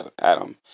Adam